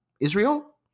Israel